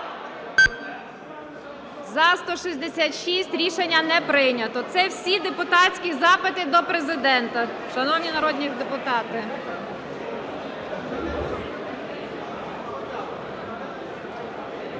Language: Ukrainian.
За-166 Рішення не прийнято. Це всі депутатські запити до Президента, шановні народні депутати.